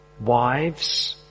wives